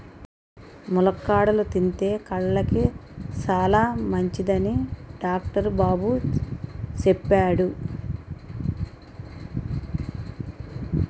ములక్కాడలు తింతే కళ్ళుకి సాలమంచిదని డాక్టరు బాబు సెప్పాడు